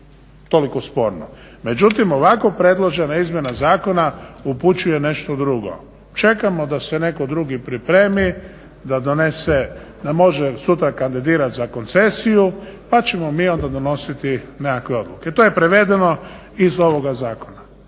toliko sporno. Međutim, ovako predložena izmjena zakona upućuje nešto drugo. Čekamo da se netko drugi pripremi, da donese, da može sutra kandidirat za koncesiju pa ćemo mi onda donositi nekakve odluke. To je prevedeno iz ovoga zakona.